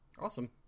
awesome